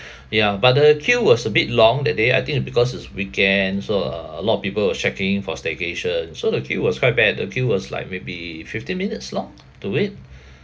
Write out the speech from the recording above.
ya but the queue was a bit long that day I think it because it's weekend so uh uh a lot of people was checking in for staycation so the queue was quite bad the queue was like maybe fifteen minutes long to wait